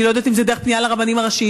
אני לא יודעת אם זה דרך פנייה לרבנים הראשיים,